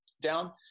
down